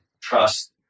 trust